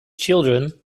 children